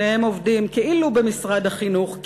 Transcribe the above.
שניהם עובדים כאילו במשרד החינוך,